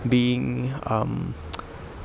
being um